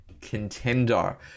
contender